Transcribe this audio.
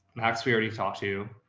max, we already talked to,